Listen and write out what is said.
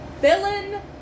villain